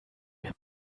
mir